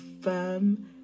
firm